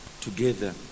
Together